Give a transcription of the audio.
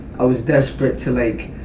i was desperate to, like,